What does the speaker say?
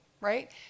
right